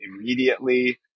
immediately